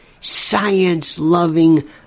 science-loving